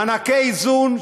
מענקי איזון,